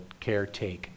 caretake